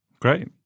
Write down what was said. Great